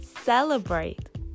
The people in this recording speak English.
celebrate